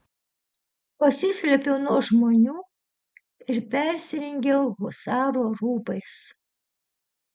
pasislėpiau nuo žmonių ir persirengiau husaro rūbais